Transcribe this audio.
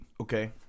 Okay